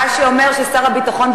מה שאומר ששר הביטחון,